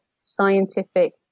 scientific